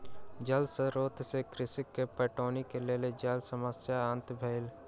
जल स्रोत से कृषक के पटौनी के लेल जल समस्याक अंत भेल